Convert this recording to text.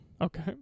Okay